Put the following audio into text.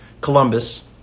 Columbus